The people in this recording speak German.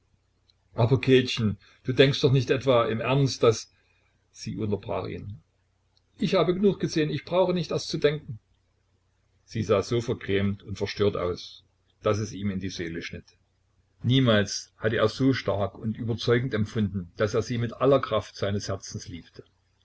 aber käthchen du denkst doch nicht etwa im ernst daß sie unterbrach ihn ich habe genug gesehen ich brauche nicht erst zu denken sie sah so vergrämt und verstört aus daß es ihm in die seele schnitt niemals hatte er so stark und überzeugend empfunden daß er sie mit aller kraft seines herzens liebte